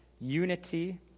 Unity